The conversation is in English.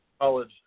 college